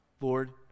Lord